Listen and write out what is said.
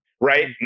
right